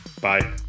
Bye